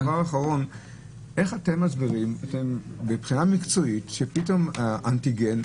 איך אתם מסבירים מבחינה מקצועית שפתאום האנטיגן,